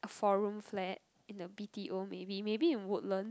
four room flat in a B_T_O maybe maybe in Woodlands